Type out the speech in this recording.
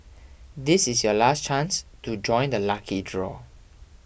this is your last chance to join the lucky draw